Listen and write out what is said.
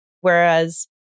Whereas